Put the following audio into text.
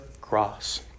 cross